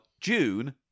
June